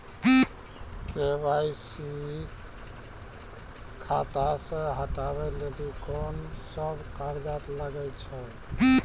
KYC खाता से हटाबै लेली कोंन सब कागज लगे छै?